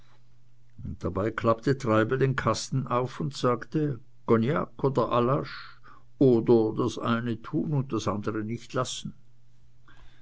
dabei klappte treibel den kasten auf und sagte cognac oder allasch oder das eine tun und das andere nicht lassen